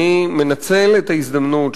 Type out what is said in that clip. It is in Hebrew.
אני מנצל את ההזדמנות,